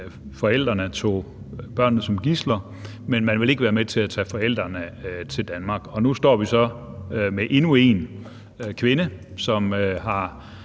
forældrene tog børnene som gidsler, men at man ikke ville være med til at tage forældrene til Danmark. Og nu står vi så med endnu en kvinde, som har